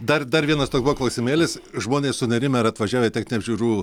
dar dar vienas toks buvo klausimėlis žmonės sunerimę ar atvažiavę į techninių apžiūrų